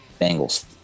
Bengals